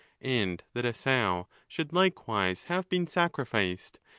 and that a sow should likewise have been sacrificed,